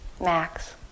max